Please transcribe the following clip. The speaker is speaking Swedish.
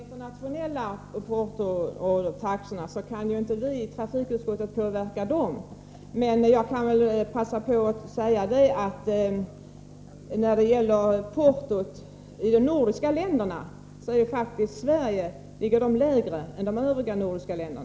Herr talman! De internationella portotaxorna kan vi i trafikutskottet inte påverka. Men portot i Sverige är lägre än portot i övriga nordiska länder.